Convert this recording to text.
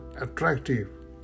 attractive